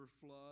Flood